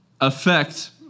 affect